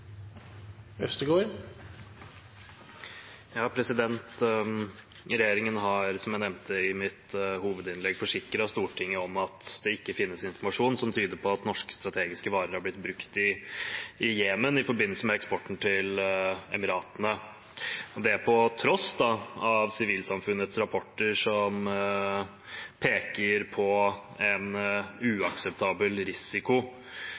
Regjeringen har, som jeg nevnte i mitt hovedinnlegg, forsikret Stortinget om at det ikke finnes informasjon som tyder på at norske strategiske varer har blitt brukt i Jemen i forbindelse med eksporten til Emiratene – det på tross av sivilsamfunnets rapporter, som peker på at norske myndigheter gjennom eksport til aktører som deltar i den saudiledede koalisjonen, utgjør en uakseptabel risiko.